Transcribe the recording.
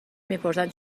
میپرسند